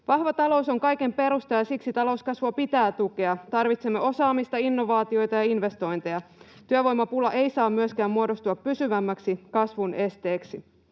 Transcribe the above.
Vahva talous on kaiken perusta, ja siksi talouskasvua pitää tukea. Tarvitsemme osaamista, innovaatioita ja investointeja. Työvoimapula ei saa myöskään muodostua pysyvämmäksi kasvun esteeksi.